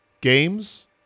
games